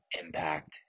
impact